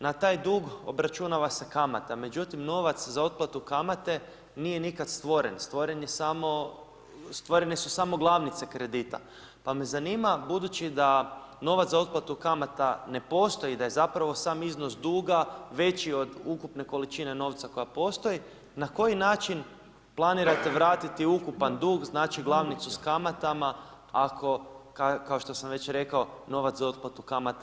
Na taj dug obračunava se kamata, međutim novac za otplatu kamate nije nikad stvoren, stvorene su samo glavnice kredita pa me zanima budući da novac za otplatu kamata ne postoji, da je zapravo sam iznos duga veći od ukupne količine novca koja postoji, na koji način planirate vratiti ukupan dug, znači glavnicu sa kamatama ako kao što sam već rekao, novac za otplatu kamata niti ne postoji?